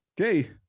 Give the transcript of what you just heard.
Okay